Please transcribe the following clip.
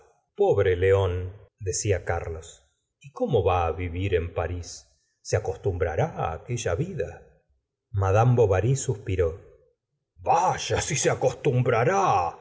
organización nerviosa leónldecia carlos y cómo va a vivir en paris se acostumbrará á aquella vida mad bovary suspiró ivaya si se acostumbrará